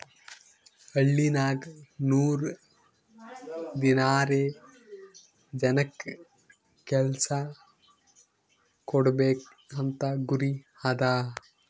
ಹಳ್ಳಿನಾಗ್ ನೂರ್ ದಿನಾರೆ ಜನಕ್ ಕೆಲ್ಸಾ ಕೊಡ್ಬೇಕ್ ಅಂತ ಗುರಿ ಅದಾ